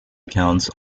accounts